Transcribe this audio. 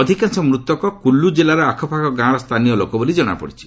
ଅଧିକାଂଶ ମୃତକ କୁଲୁ ଜିଲ୍ଲାର ଆଖପାଖ ଗାଁର ସ୍ଥାନୀୟ ଲୋକ ବୋଲି ଜଣାପଡ଼ିଛି